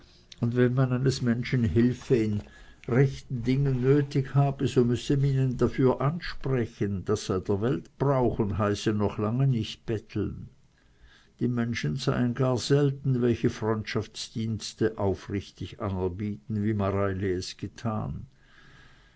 und wenn man eines menschen hülfe in rechten dingen nötig habe so müsse man ihn dafür ansprechen das sei der weltbrauch und heiße noch lange nicht betteln die menschen seien gar selten welche freundschaftsdienste aufrichtig anerbieten wie mareili es getan